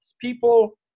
people